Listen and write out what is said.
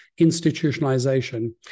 institutionalization